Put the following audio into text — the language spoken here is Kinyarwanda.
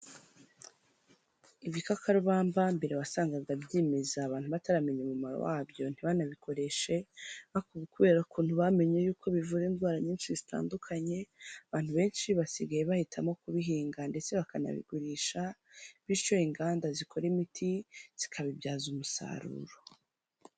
Ibikakarubamba mbere wasangaga byimeza abantu bataramenya umumaro wabyo ntibanabikoreshe ariko ubu kubera ukuntu bamenye yuko bivura indwara nyinshi zitandukanye, abantu benshi basigaye bahitamo kubihinga ndetse bakanabigurisha bityo inganda zikora imiti zikabibyaza umusaruro.